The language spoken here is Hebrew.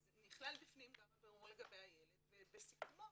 אז נכלל בפנים גם הבירור לגבי הילד ובסיכומו